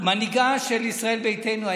מנהיגה של ישראל ביתנו,